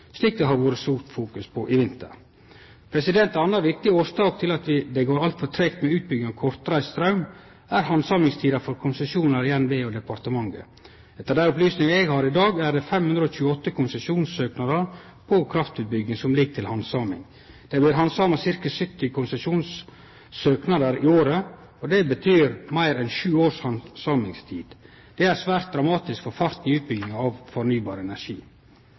slik det har vore stort fokus på i vinter. Ei anna viktig årsak til at det går altfor treigt med utbygging av kortreist straum, er handsamingstida for konsesjonar i NVE og departementet. Etter dei opplysningane eg har i dag, er det 528 konsesjonssøknader om kraftutbygging som ligg til handsaming. Det blir handsama ca. 70 konsesjonssøknader i året, og det betyr ei handsamingstid på meir enn sju år. Det er svært dramatisk for farten i utbygginga av fornybar energi.